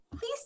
please